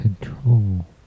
control